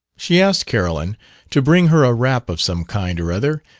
she asked carolyn to bring her a wrap of some kind or other,